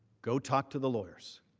go talk to the lawyers.